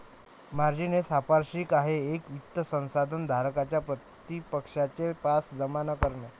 margin हे सांपार्श्विक आहे एक वित्त साधन धारकाच्या प्रतिपक्षाचे पास जमा करणे